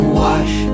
wash